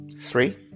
Three